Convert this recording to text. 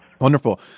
Wonderful